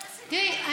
תראי,